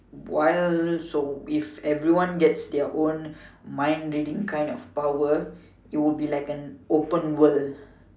while so if everyone gets their own mind reading kind of power it would be like an open world